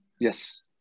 Yes